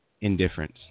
Indifference